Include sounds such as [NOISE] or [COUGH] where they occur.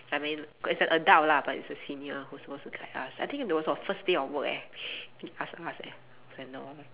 I mean it's an adult lah but it's a senior who's supposed to guide us I think it was our first day of work eh [NOISE] he asked us eh I was like no